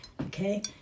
okay